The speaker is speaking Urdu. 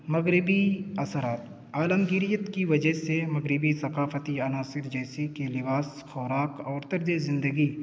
مغربی اثرات عالمگیریت کی وجہ سے مغربی ثقافتی عناصر جیسے کہ لباس خوراک اور طرزِ زندگی